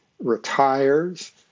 retires